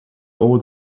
all